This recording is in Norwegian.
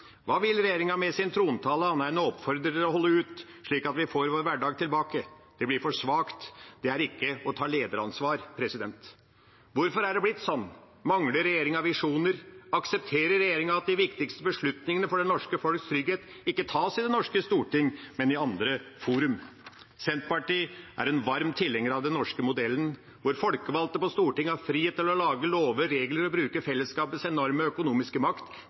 Hva ville regjeringa med sin trontale annet enn å oppfordre til å holde ut, slik at vi får vår hverdag tilbake? Det er for svakt. Det er ikke å ta lederansvar. Hvorfor er det blitt sånn? Mangler regjeringa visjoner? Aksepterer regjeringa at de viktigste beslutningene for det norske folks trygghet ikke tas i det norske storting, men i andre fora? Senterpartiet er en varm tilhenger av den norske modellen, hvor folkevalgte på Stortinget har frihet til å lage lover og regler og bruke fellesskapets enorme økonomiske makt